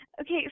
Okay